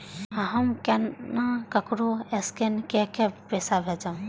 हम केना ककरो स्केने कैके पैसा भेजब?